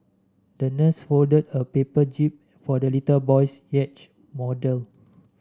the nurse folded a paper jib for the little boy's yacht model